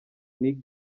nick